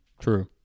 True